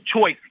choice